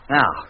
Now